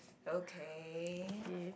okay